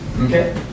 Okay